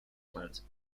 plants